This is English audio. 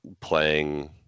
playing